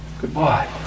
goodbye